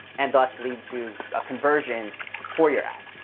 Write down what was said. and thus, lead to a conversion for your ad.